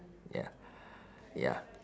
ya ya